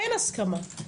אין הסכמה.